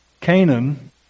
Canaan